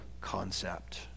concept